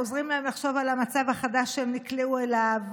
עוזרים להם לחשוב על המצב החדש שהם נקלעו אליו,